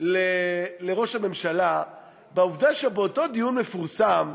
לראש הממשלה, בעובדה שבאותו דיון מפורסם שהיה,